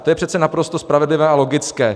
To je přece naprosto spravedlivé a logické.